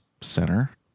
Center